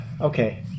okay